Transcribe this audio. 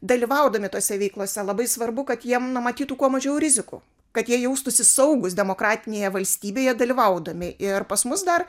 dalyvaudami tose veiklose labai svarbu kad jiem na matytų kuo mažiau rizikų kad jie jaustųsi saugūs demokratinėje valstybėje dalyvaudami ir pas mus dar